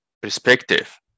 perspective